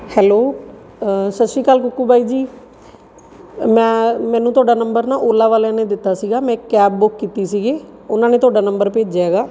hello Sat Shri Akal ਕੁਕੂ ਬਾਈ ਜੀ ਮੈਂ ਮੈਨੂੰ ਤੁਹਾਡਾ ਨੰਬਰ ਨਾ ਓਲਾ ਵਾਲਿਆਂ ਨੇ ਦਿੱਤਾ ਸੀਗਾ ਮੈਂ ਇੱਕ ਕੈਬ ਬੁੱਕ ਕੀਤੀ ਸੀਗੀ ਉਹਨਾਂ ਨੇ ਤੁਹਾਡਾ ਨੰਬਰ ਭੇਜਿਆ ਹੈਗਾ